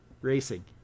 racing